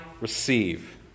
receive